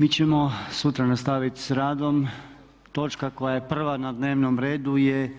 Mi ćemo sutra nastaviti sa radom, točka koja je prva na dnevnom redu je